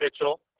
Mitchell